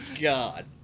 god